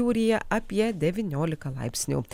pajūryje apie devyniolika laipsnių